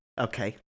okay